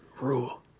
rule